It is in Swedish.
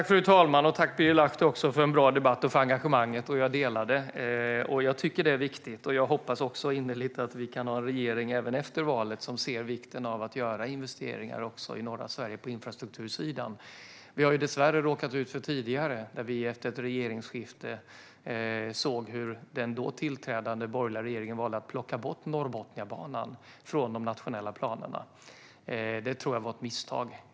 Fru talman! Tack, Birger Lahti, för en bra debatt och för engagemanget! Jag delar det och tycker att detta är viktigt. Jag hoppas också innerligt att vi även efter valet kan ha en regering som ser vikten av att göra investeringar på infrastruktursidan också i norra Sverige. Vi har dessvärre tidigare efter ett regeringsskifte sett hur den då tillträdande borgerliga regeringen valde att plocka bort Norrbotniabanan från de nationella planerna. Det tror jag var ett misstag.